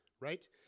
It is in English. right